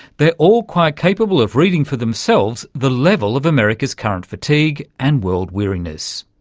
they're all quite capable of reading for themselves the level of america's current fatigue and world weariness.